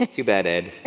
ah too bad ed, and